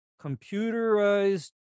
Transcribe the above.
computerized